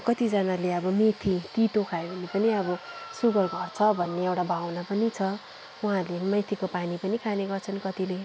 कतिजनाले अब मेथी तितो खायो भने पनि अब सुगर घट्छ भन्ने एउटा भावना पनि छ उहाँहरूले मेथीको पानी पनि खाने गर्छन् कतिले